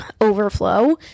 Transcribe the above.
overflow